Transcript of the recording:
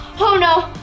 oh no!